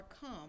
come